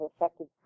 effective